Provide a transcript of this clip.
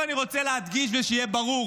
די כבר,